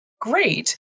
great